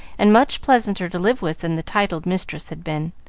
and much pleasanter to live with than the titled mistress had been.